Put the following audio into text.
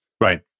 right